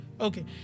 Okay